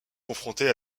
confrontée